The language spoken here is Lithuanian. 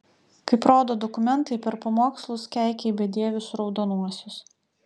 kaip rodo dokumentai per pamokslus keikei bedievius raudonuosius